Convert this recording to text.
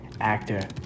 actor